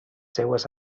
seues